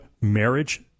marriage